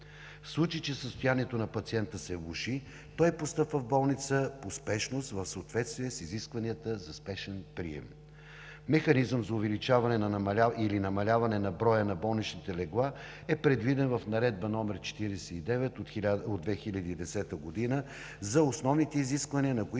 В случай че състоянието на пациента се влоши, той постъпва в болница по спешност, в съответствие с изискванията за спешен прием. Механизъм за увеличаване или намаляване на броя на болничните легла е предвиден в Наредба № 49 от 2010 г. за основните изисквания, на които